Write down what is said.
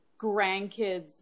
grandkids